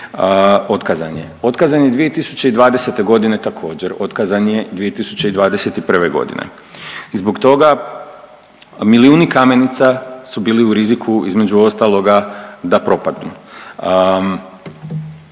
Otkazan je. Otkazan je 2020. godine također. Otkazan je 2021. godine. I zbog toga milijuni kamenica su bili u riziku između ostaloga da propadnu.